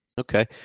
Okay